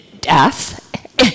death